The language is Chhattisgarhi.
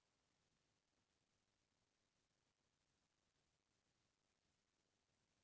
कब्ज के बेमारी म छेरी बोकरा ल जर आ जाथे